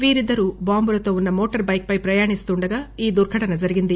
వీరిద్గరూ బాంబులతో ఉన్న motor bike పై ప్రయాణిస్తుండగా ఈ దుర్ఘటన జరిగింది